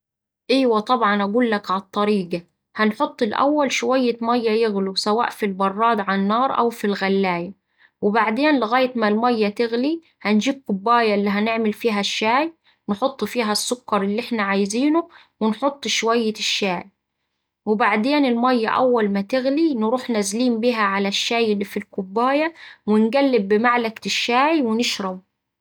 إيوا طبعا أقولك على الطريقة، هنحط الأول شوية ميا يغلو سواء في البراد على النار أو في الغلاية، وبعدين لغاية ما الميا تغلي هنجيب كوباية اللي هنعمل فيها الشاي نحط فيها السكر اللي إحنا عايزينه ونحط شوية الشاي. وبعدين الميا أول ما تغلي نروح نازلين بيها على الشاي اللي في الكوباية ونقلب بمعلقة الشاي ونشربه.